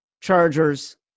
Chargers